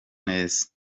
neza